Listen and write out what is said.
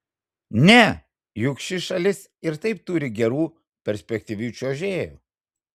ne juk ši šalis ir taip turi gerų perspektyvių čiuožėjų